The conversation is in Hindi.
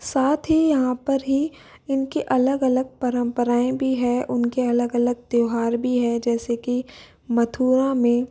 साथ ही यहाँ पर ही इनके अलग अलग परम्पराएँ भी है उनके अलग अलग त्योहार भी है जैसे कि मथुरा में